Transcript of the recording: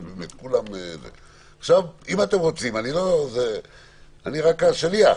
חבר'ה, אני רק השליח.